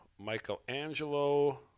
Michelangelo